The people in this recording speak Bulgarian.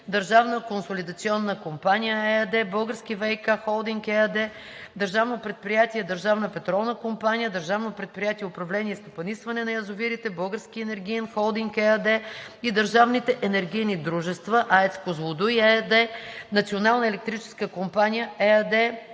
„Държавна консолидационна компания“ ЕАД, „Български ВиК Холдинг“ ЕАД, ДП „Държавна петролна компания“, ДП „Управление и стопанисване на язовирите“, „Български енергиен холдинг“ ЕАД и държавните енергийни дружества – „АЕЦ Козлодуй“ ЕАД, „Национална електрическа компания“ ЕАД,